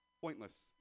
Pointless